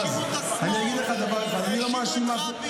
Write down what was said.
והאשימו את רבין, והאשימו אני לא יודע את מי.